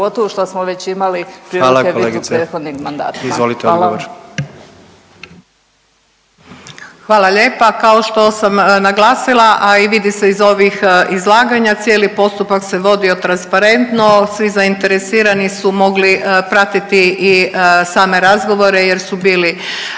Hvala kolega Borić. Izvolite odgovor.